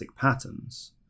patterns